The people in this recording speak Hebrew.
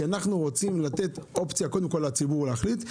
כי אנחנו רוצים לתת אופציה קודם כול לציבור להחליט.